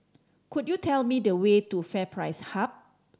could you tell me the way to FairPrice Hub